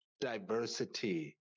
diversity